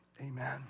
Amen